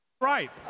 Right